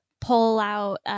pull-out